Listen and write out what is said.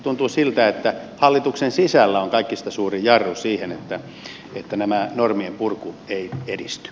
tuntuu siltä että hallituksen sisällä on kaikista suurin jarru siihen että tämä normien purku ei edisty